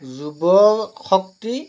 যুৱশক্তি